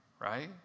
right